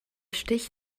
stich